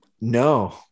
No